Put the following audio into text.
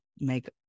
make